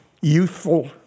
youthful